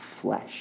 flesh